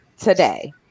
today